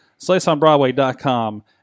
SliceOnBroadway.com